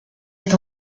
est